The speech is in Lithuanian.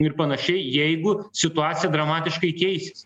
ir panašiai jeigu situacija dramatiškai keisis